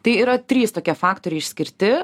tai yra trys tokie faktoriai išskirti